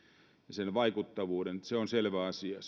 sen vaikuttavuuden se on selvä asia